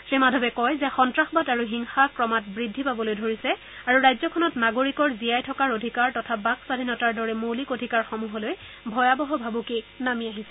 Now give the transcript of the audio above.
শ্ৰীমাধৱে কয় যে সন্তাসবাদ আৰু হিংসা ক্ৰমাৎ বৃদ্ধি পাবলৈ ধৰিছে আৰু ৰাজ্যখনত নাগৰিকৰ জীয়াই থকাৰ অধিকাৰ তথা বাক স্বাধীনতাৰ দৰে মৌলিক অধিকাৰসমূহলৈ ভয়াৱহ ভাবুকি আহিছে